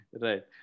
Right